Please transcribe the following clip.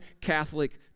Catholic